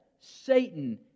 Satan